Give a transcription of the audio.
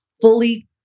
fully